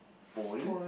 pole